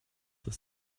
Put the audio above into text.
the